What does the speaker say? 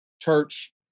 church